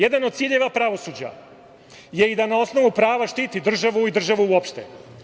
Jedan od ciljeva pravosuđa je i da na osnovu prava štiti državu i državu uopšte.